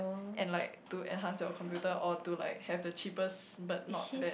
and like to enhance your computer or to like have the cheapest but not bad